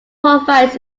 provides